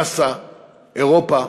נאס"א, אירופה,